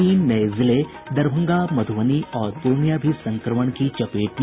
तीन नये जिले दरभंगा मधुबनी और पूर्णिया भी संक्रमण की चपेट में